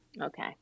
okay